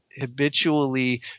habitually